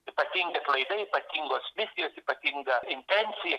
ypatingi atlaidai ypatingos misijos ypatinga intencija